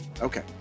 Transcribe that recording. okay